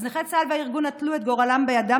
אז נכי צה"ל והארגון נטלו את גורלם בידם